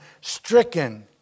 stricken